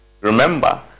remember